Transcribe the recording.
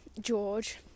George